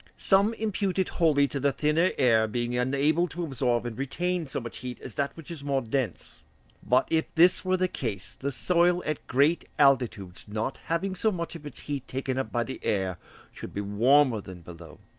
some impute it wholly to the thinner air being unable to absorb and retain so much heat as that which is more dense but if this were the case the soil at great altitudes not having so much of its heat taken up by the air should be warmer than below,